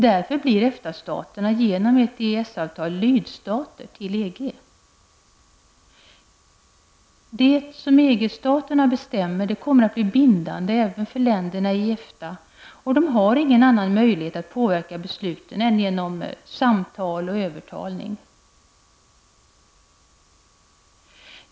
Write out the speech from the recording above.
Därför blir EFTA-staterna genom ett EES Det som EG-staterna bestämmer kommer att bli bindande även för länderna i EFTA, och de har ingen annan möjlighet att påverka besluten än genom samtal och övertalning.